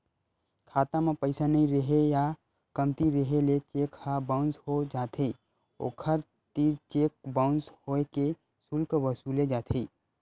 खाता म पइसा नइ रेहे या कमती रेहे ले चेक ह बाउंस हो जाथे, ओखर तीर चेक बाउंस होए के सुल्क वसूले जाथे